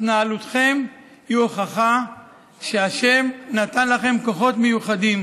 התנהלותכם היא הוכחה שהשם נתן לכם כוחות מיוחדים